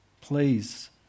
please